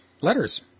Letters